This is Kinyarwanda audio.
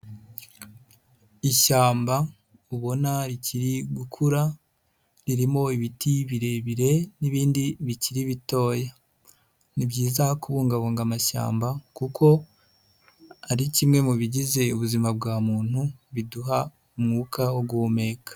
Ishyamba ubona rikiri gukura, ririmo ibiti birebire n'ibindi bikiri bitoya, ni byiza kubungabunga amashyamba kuko ari kimwe mu bigize ubuzima bwa muntu biduha umwuka wo guhumeka.